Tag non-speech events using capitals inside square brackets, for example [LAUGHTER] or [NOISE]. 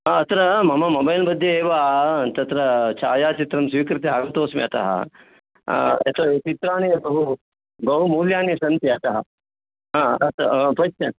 अत्र मम मोबैल् मध्ये एव तत्र छायाचित्रं स्वीकृत्य आगतोऽस्मि अतः यतोहि चित्राणि बहुमूल्यानि सन्ति अतः हा [UNINTELLIGIBLE]